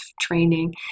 training